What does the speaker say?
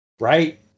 Right